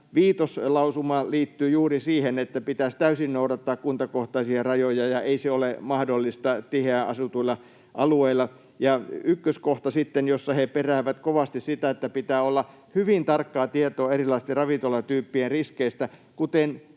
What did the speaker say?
viitoslausuma liittyy juuri siihen, että pitäisi täysin noudattaa kuntakohtaisia rajoja, ja ei se ole mahdollista tiheään asutuilla alueilla. Ja ykköskohdassa sitten he peräävät kovasti sitä, että pitää olla hyvin tarkkaa tietoa erilaisten ravintolatyyppien riskeistä. Kuten